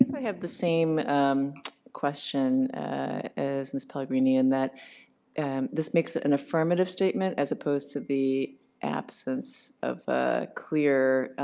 have the same question as ms. pellegrini in that and this makes ah an affirmative statement as opposed to the absence of clear